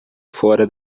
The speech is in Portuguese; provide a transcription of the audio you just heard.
fora